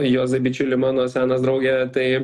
juozai bičiuli mano senas drauge tai